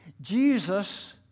Jesus